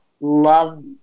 love